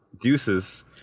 deuces